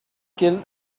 kill